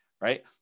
Right